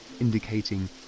indicating